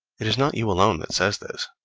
it is not you alone that says this.